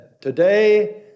Today